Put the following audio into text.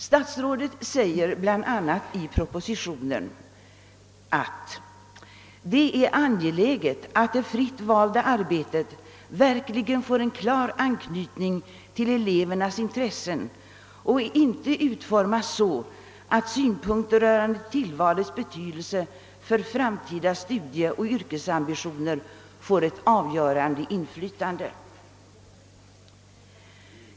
Statsrådet säger i propositionen bl.a. att det »är angeläget att det fritt valda arbetet verkligen får en klar anknytning till elevernas intressen och inte utformas så att synpunkter rörande tillvalets betydelse för framtida studieoch yrkesambitioner får ett avgörande inflytande».